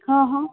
હં હં